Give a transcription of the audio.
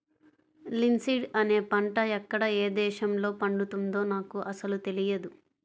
linseed అనే పంట ఎక్కడ ఏ దేశంలో పండుతుందో నాకు అసలు తెలియదు